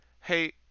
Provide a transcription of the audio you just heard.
hey